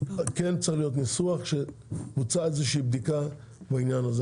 צריך להיות ניסוח שבוצעה איזה שהיא בדיקה בעניין הזה.